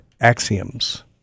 axioms